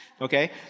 Okay